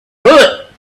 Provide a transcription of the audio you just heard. foot